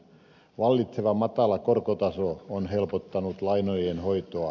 vallitseva matala korkotaso on helpottanut lainojen hoitoa